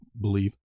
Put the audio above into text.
believe